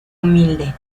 humilde